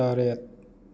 ꯇꯔꯦꯠ